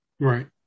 Right